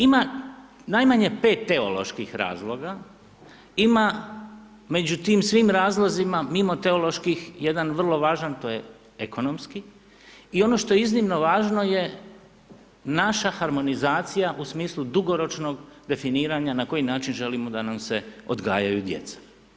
Ima najmanje 5 teoloških razloga, ima među tim svim razlozima, mimo teoloških, jedan vrlo važan to je ekonomski i ono što je iznimno važno je naša harmonizacija u smislu dugoročnog definiranja na koji način želimo da nam se odgajaju djeca.